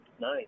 Nice